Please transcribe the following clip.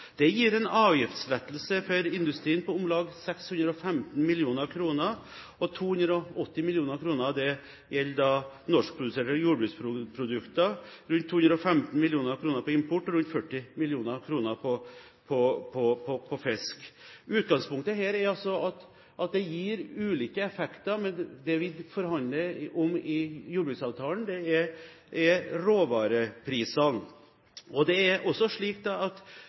Det gir en avgiftslettelse for industrien på om lag 615 mill. kr. 280 mill. kr av det gjelder norskproduserte jordbruksprodukter, rundt 215 mill. kr import og rundt 40 mill. kr fisk. Utgangspunktet her er altså at det gir ulike effekter, men det vi forhandler om i jordbruksavtalen, er råvareprisene. Det er ikke noe grunnlag for mellomleddet for å øke sine priser, slik